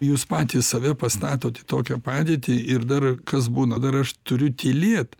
jūs patys save pastatot į tokią padėtį ir dar kas būna dar aš turiu tylėt